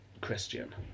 Christian